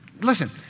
Listen